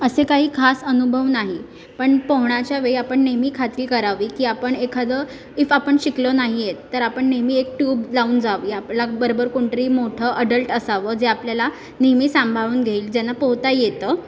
असे काई खास अनुभव नाही पण पोहोण्याच्या वेळी आपण नेहमी खात्री करावी की आपण एखादं इफ आपण शिकलो नाही आहेत तर आपण नेहमी एक ट्यूब लाऊन जावी आपल्याबरोबर कोणतरी मोठं अडल्ट असावं जे आपल्याला नेहमी सांभाळून घेईल ज्यांना पोहता येतं